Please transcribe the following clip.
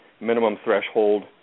minimum-threshold